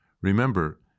Remember